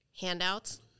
handouts